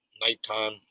nighttime